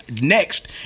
next